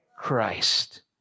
Christ